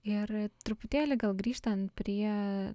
ir truputėlį gal grįžtant prie